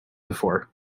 before